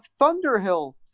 Thunderhill